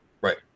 Right